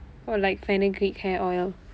for like fenugreek hair oil